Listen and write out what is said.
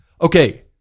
Okay